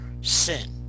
sin